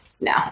No